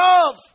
love